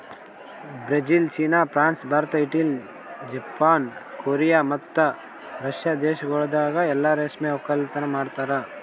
Brazil, China, France, Bharat, Italy, Japan, Korea ಮತ್ತ Russia ದೇಶಗೊಳ್ದಾಗ್ ಎಲ್ಲಾ ರೇಷ್ಮೆ ಒಕ್ಕಲತನ ಮಾಡ್ತಾರ